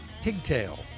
pigtail